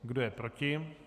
Kdo je proti?